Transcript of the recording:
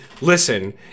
listen